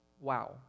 Wow